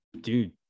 dude